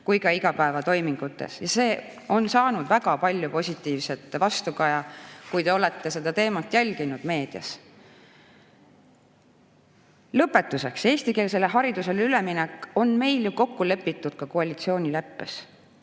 kui ka igapäevatoimingutes. Ja see on saanud väga palju positiivset vastukaja, kui te olete seda teemat jälginud meedias. Lõpetuseks: eestikeelsele haridusele üleminek on meil ju kokku lepitud ka koalitsioonileppes.